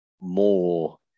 more